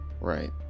Right